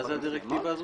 מה זה הדירקטיבה הזו?